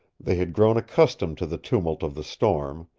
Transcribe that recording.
they had grown accustomed to the tumult of the storm.